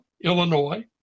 Illinois